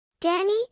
Danny